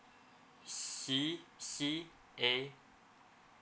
C C A